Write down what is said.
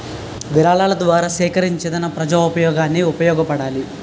విరాళాల ద్వారా సేకరించేదనం ప్రజోపయోగానికి ఉపయోగపడాలి